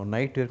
Night